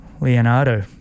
Leonardo